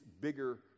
bigger